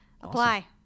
apply